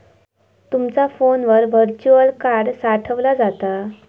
तुमचा फोनवर virtual card साठवला जाता